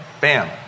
Bam